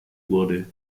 wurde